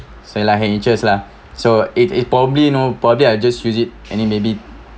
so like interest lah so it is probably know probably I'll just use it any maybe